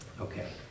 Okay